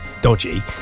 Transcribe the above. dodgy